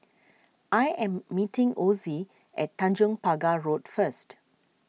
I am meeting Osie at Tanjong Pagar Road first